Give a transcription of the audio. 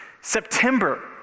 September